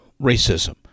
racism